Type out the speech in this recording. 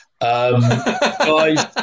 Guys